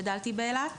גדלתי באילת,